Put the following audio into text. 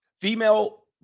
Female